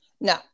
No